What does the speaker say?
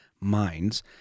minds